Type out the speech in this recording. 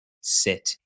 sit